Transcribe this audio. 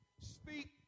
speak